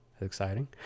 Exciting